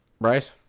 Bryce